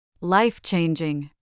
Life-changing